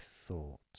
thought